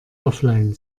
offline